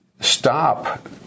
stop